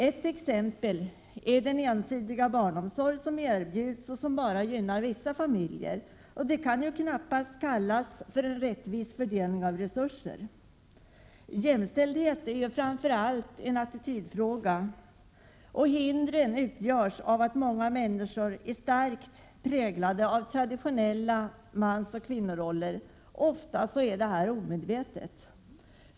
Ett exempel är den ensidiga barnomsorg som erbjuds och som bara gynnar vissa familjer. Det kan knappast kallas för en rättvis fördelning av resurser. Jämställdhet är framför allt en attitydfråga. Hindren utgörs av att många människor är starkt präglade av traditionella mansoch kvinnoroller. Ofta är detta omedvetet.